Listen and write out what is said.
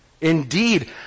Indeed